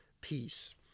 peace